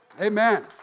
Amen